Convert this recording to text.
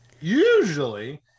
usually